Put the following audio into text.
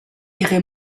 ihre